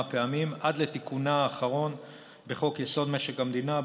פעמים עד לתיקונה האחרון בחוק-יסוד: משק המדינה,